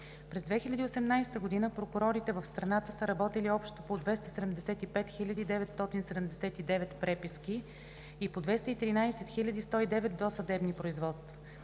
През 2018 г. прокурорите в страната са работили общо по 275 979 преписки и по 213 109 досъдебни производства.